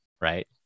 right